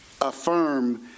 Affirm